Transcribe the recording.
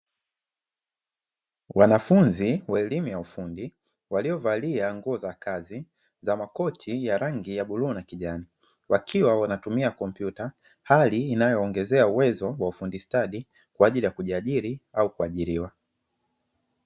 Wanafunzi wa elimu ya ufundi waliovalia nguo za kazi za makoti ya rangi ya bluu na kijani, wakiwa wanatumia kompyuta hali inayowaongezea uwezo wa ustadi kwa ajili ya kujiajiri au kuajiriwa.